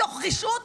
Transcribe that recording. מתוך רשעות,